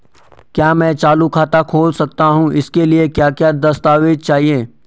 क्या मैं चालू खाता खोल सकता हूँ इसके लिए क्या क्या दस्तावेज़ चाहिए?